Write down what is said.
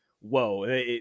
whoa